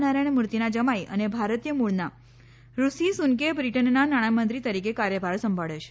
નારાયણ મૂર્તિના જમાઈ અને ભારતીય મૂળના ઋષિ સુનકે બ્રિટનના નાણામંત્રી તરીકે કાર્યભાર સંભાબ્યો છે